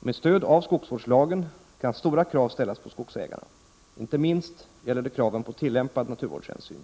Med stöd av skogsvårdslagen kan stora krav ställas på skogsägarna. Inte minst gäller det kraven på tillämpad naturvårdshänsyn.